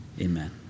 amen